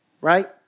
right